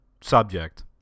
subject